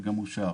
שגם אושר.